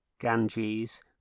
Ganges